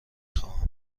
خواهم